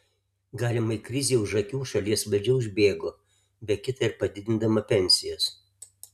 galimai krizei už akių šalies valdžia užbėgo be kita ir padidindama pensijas